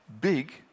big